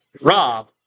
Rob